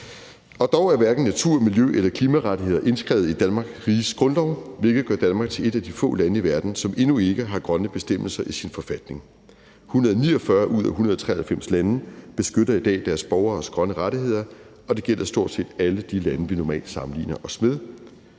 Dog er hverken natur-, miljø- eller klimarettigheder indskrevet i Danmarks Riges Grundlov, hvilket gør Danmark til et af de få lande i verden, som endnu ikke har grønne bestemmelser i sin forfatning. 149 ud af 193 lande beskytter i dag deres borgeres grønne rettigheder, og det gælder stort set alle de lande, vi normalt sammenligner os med.